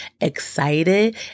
excited